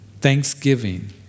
thanksgiving